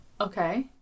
Okay